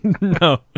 No